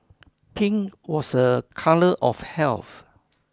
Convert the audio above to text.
pink was a colour of health